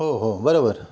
हो हो बरोबर